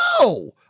no